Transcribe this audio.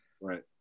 right